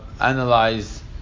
analyze